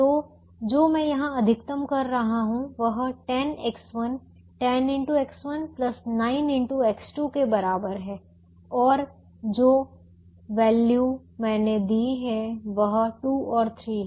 तो जो मैं यहां अधिकतम कर रहा हूं वह 10X1 के बराबर है और जो वैल्यू मूल्यमान मैंने दिए हैं वह 2 और 3 है